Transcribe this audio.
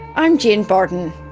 i'm jane bardon.